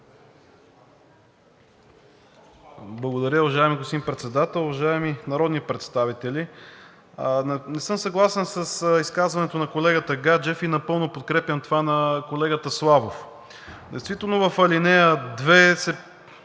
Благодаря, уважаеми господин Председател. Уважаеми народни представители! Не съм съгласен с изказването на колегата Гаджев и напълно подкрепям това на колегата Славов. Действително в ал. 2 се